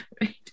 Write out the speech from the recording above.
right